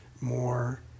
more